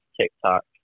TikTok